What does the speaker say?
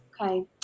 Okay